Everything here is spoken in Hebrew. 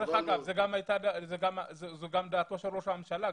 דרך אגב, זו גם דעתו של ראש הממשלה.